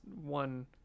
one